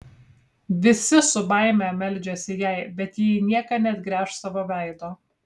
visi su baime meldžiasi jai bet ji į nieką neatgręš savo veido